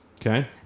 Okay